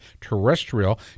terrestrial